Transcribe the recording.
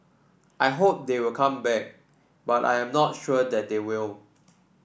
I hope they will come back but I am not sure that they will